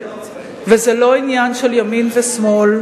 וזה לא עניין של ימין ושמאל,